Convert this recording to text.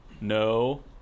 no